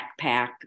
backpack